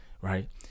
Right